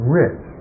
rich